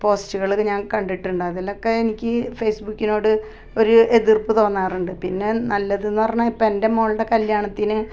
പോസ്റ്റുകളകെ ഞാൻ കണ്ടിട്ടുണ്ട് അതിലക്കെ എനിക്ക് ഫേസ്ബുക്കിനോട് ഒരു എതിർപ്പ് തോന്നാറുണ്ട് പിന്നെ നല്ലതെന്ന് പറഞ്ഞു ഇപ്പം എൻ്റെ മോൾടെ കല്യാണത്തിന്